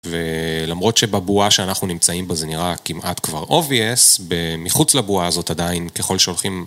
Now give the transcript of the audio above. ולמרות שבבועה שאנחנו נמצאים בזה נראה כמעט כבר אוביאס, מחוץ לבועה הזאת עדיין, ככל שהולכים...